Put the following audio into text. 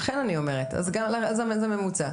לכן אני אומרת, הממוצע.